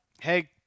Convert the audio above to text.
hey